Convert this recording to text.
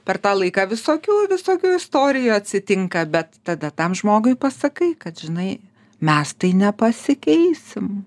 per tą laiką visokių visokių istorijų atsitinka bet tada tam žmogui pasakai kad žinai mes tai nepasikeisim